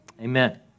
amen